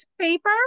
Paper